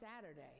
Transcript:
Saturday